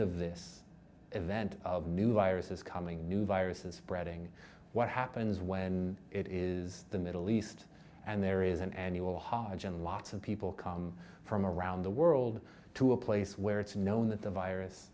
of this event of new viruses coming new virus is spreading what happens when it is the middle east and there is an annual hodgin lots of people come from around the world to a place where it's known that the virus